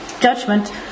judgment